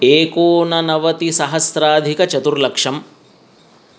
एकोननवतिसहस्राधिकचतुर्लक्षं